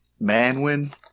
Manwin